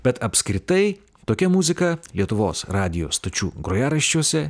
bet apskritai tokia muzika lietuvos radijo stočių grojaraščiuose